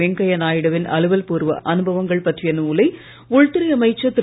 வெங்கையா நாயுடுவின் அலுவல் பூர்வ அனுபவங்கள் பற்றிய நூலை உள்துறை அமைச்சர் திரு